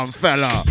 fella